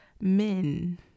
men